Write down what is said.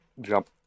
jump